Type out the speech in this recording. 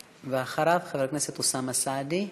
ואחריו, חבר הכנסת אוסאמה סעדי.